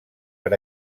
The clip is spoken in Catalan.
per